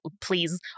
please